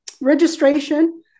registration